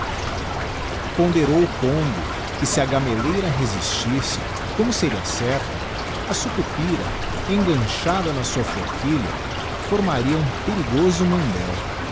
ppjponderou o congo que se a gamelleira resistisse como seria certo a sucupira enganchada na sua forquilha formaria um perigoso mundéu